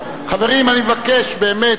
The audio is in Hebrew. חברים, אני מבקש, באמת,